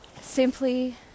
simply